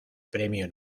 premio